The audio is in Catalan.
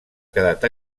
quedat